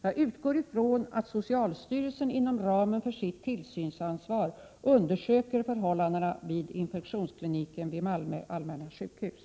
Jag utgår ifrån att socialstyrelsen inom ramen för sitt tillsynsansvar undersöker förhållandena vid infektionskliniken vid Malmö allmänna sjukhus.